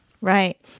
Right